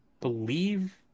believe